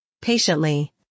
Patiently